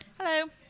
Hello